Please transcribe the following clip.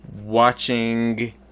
watching